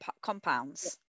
compounds